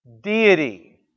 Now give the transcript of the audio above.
Deity